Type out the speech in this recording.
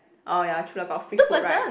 orh ya true lah got free food right